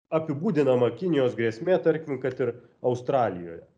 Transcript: apibūdinama kinijos grėsmė tarkim kad ir australijoje